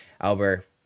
Albert